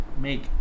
Make